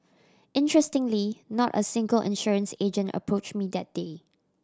interestingly not a single insurance agent approached me that day